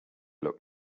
luck